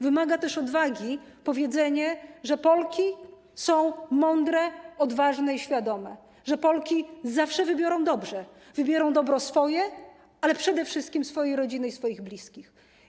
Wymaga też odwagi powiedzenie, że Polki są mądre, odważne i świadome, że Polki zawsze wybiorą dobrze, wybiorą dobro swoje, ale przede wszystkim swojej rodziny i swoich bliskich.